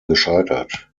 gescheitert